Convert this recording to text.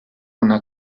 una